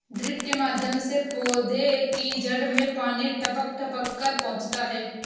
drip के माध्यम से पौधे की जड़ में पानी टपक टपक कर पहुँचता है